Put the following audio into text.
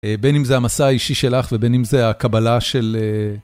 בין אם זה המסע האישי שלך ובין אם זה הקבלה של...